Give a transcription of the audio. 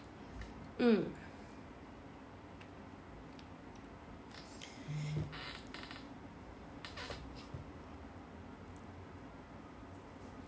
mm